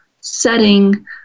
setting